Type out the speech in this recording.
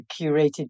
curated